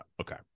okay